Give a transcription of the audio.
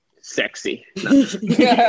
Sexy